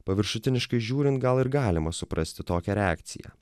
paviršutiniškai žiūrint gal ir galima suprasti tokią reakciją